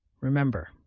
Remember